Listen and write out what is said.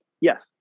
Yes